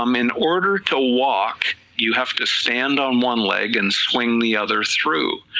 um in order to walk you have to stand on one leg and swing the other through,